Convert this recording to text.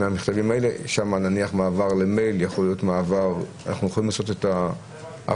שם נניח מעבר למייל יכול אפשר לעשות ההבדלה